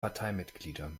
parteimitglieder